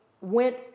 went